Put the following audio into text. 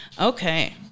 Okay